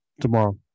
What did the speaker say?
tomorrow